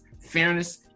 Fairness